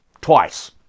Twice